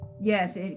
Yes